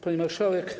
Pani Marszałek!